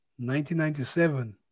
1997